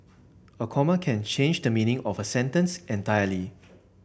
a comma can change the meaning of a sentence entirely